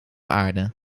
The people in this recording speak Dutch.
aarde